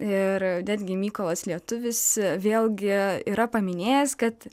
ir netgi mykolas lietuvis vėlgi yra paminėjęs kad